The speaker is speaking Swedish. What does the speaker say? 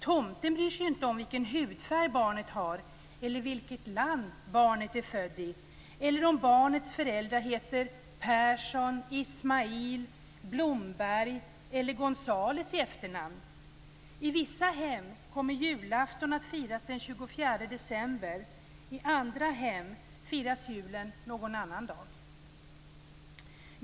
Tomten bryr sig ju inte om vilken hudfärg barnet har, vilket land barnet är fött i eller om barnets föräldrar heter Persson, Ismail, Blomberg eller Gonzales i efternamn. I vissa hem kommer julafton att firas den 24 december. I andra hem firas julen någon annan dag.